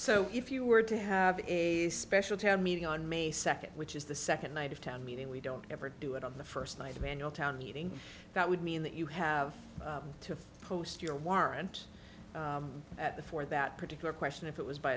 so if you were to have a special town meeting on may second which is the second night of town meeting we don't ever do it on the first night emanuel town meeting that would mean that you have to post your warrant at the for that particular question if it was by